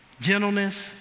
gentleness